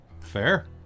Fair